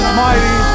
mighty